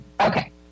Okay